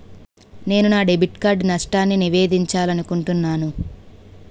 నేను నా debit card నష్టాన్ని నివేదించాలనుకుంటున్నాను